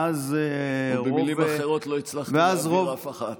או במילים אחרות, לא הצלחתי להעביר אף אחת.